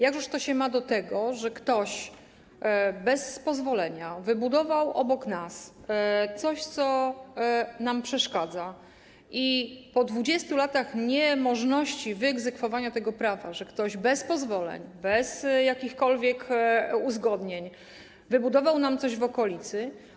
Jakżeż to się ma do tego, że ktoś bez pozwolenia wybudował obok nas coś, co nam przeszkadza, i po 20 latach niemożności wyegzekwowania prawa, gdy ktoś bez pozwoleń, bez jakichkolwiek uzgodnień wybudował nam coś w okolicy.